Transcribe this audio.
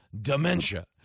dementia